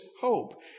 hope